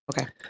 Okay